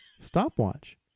stopwatch